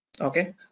Okay